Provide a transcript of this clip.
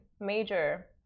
major